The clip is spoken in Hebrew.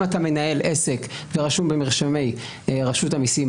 אתה מנהל עסק ורשום במרשמי רשות המסים,